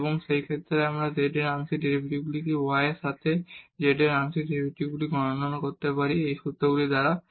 এবং সেই ক্ষেত্রে আমরা এখন z এর আংশিক ডেরিভেটিভগুলিকে u এর সাথে এবং z এর আংশিক ডেরিভেটিভগুলিকে গণনা করতে পারি এই সূত্রগুলি দ্বারা